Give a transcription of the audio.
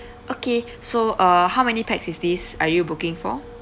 okay so uh how many pax is this are you booking for